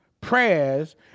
prayers